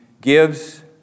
gives